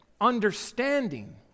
understanding